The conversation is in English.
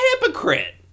hypocrite